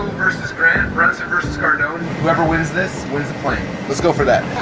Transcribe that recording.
versus grant. russell versus cardone. whoever wins this, wins the plane. let's go for that.